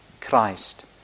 Christ